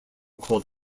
called